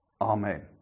Amen